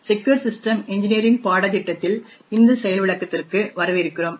secure system engineering பாடத்திட்டத்தில் இந்த செயல் விளக்கத்திற்கு வரவேற்கிறோம்